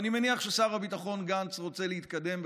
אני מניח ששר הביטחון גנץ רוצה להתקדם,